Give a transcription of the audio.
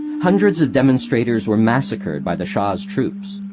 hundreds of demonstrators were massacred by the shah's troops.